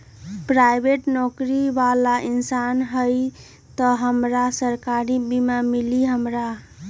Private नौकरी बाला इंसान हई त हमरा सरकारी बीमा मिली हमरा?